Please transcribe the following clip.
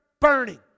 burning